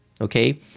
Okay